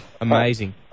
Amazing